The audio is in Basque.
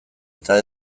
eta